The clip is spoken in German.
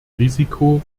risiko